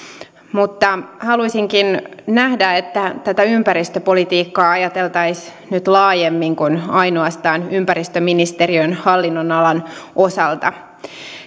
mutta haluaisinkin nähdä että tätä ympäristöpolitiikkaa ajateltaisiin nyt laajemmin kuin ainoastaan ympäristöministeriön hallinnonalan osalta